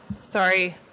Sorry